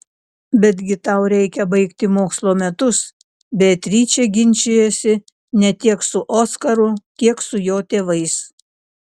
betgi tau reikia baigti mokslo metus beatričė ginčijosi ne tiek su oskaru kiek su jo tėvais